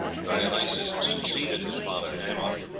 dionysos succeeded his father amon,